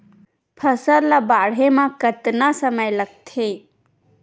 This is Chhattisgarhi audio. फसल ला बाढ़े मा कतना समय लगथे?